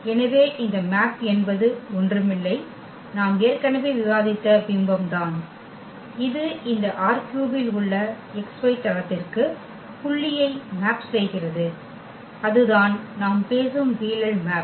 எனவே இந்த மேப் என்பது ஒன்றுமில்லை நாம் ஏற்கனவே விவாதித்த பிம்பம் தான் இது இந்த ℝ3 இல் உள்ள xy தளத்திற்கு புள்ளியை மேப் செய்கிறது அதுதான் நாம் பேசும் வீழல் மேப்